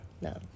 No